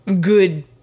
good